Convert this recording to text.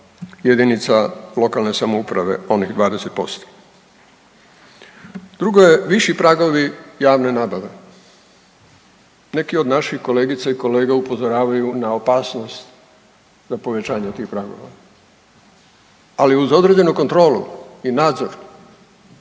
jedinica lokalne samouprave onih 20%. Drugo je viši pragovi javne nabave. Neki od naših kolegica i kolega upozoravaju na opasnost za povećanje tih pragova, ali uz određenu kontrolu i nadzor